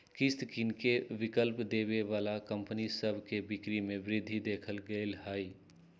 किस्त किनेके विकल्प देबऐ बला कंपनि सभ के बिक्री में वृद्धि देखल गेल हइ